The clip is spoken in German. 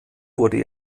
wurde